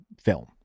film